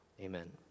amen